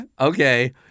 Okay